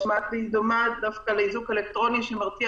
נשמעת לי דווקא דומה לאזיק אלקטרוני שמתריע